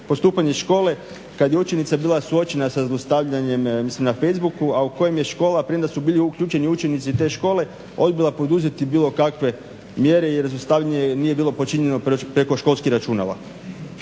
postupanje škole kad je učenica bila suočena sa zlostavljanjem mislim na Facebooku, a u kojem je škola, premda su bili uključeni učenici te škole, odbila poduzeti bilo kakve mjere jer …/Ne razumije se./… nije bilo počinjeno preko školskih računala.